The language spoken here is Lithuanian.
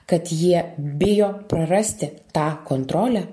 kad jie bijo prarasti tą kontrolę